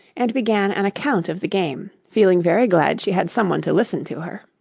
and began an account of the game, feeling very glad she had someone to listen to her.